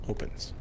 Opens